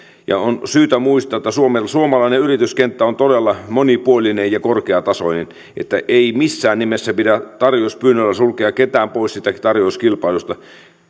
on syytä muistaa että suomalainen yrityskenttä on todella monipuolinen ja korkeatasoinen että ei missään nimessä pidä tarjouspyynnöllä sulkea ketään pois siitä tarjouskilpailusta